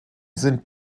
sind